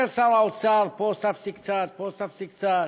אומר שר האוצר: פה הוספתי קצת, פה הוספתי קצת,